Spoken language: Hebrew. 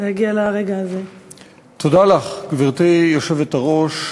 ותחזור לדיון בוועדת החוקה,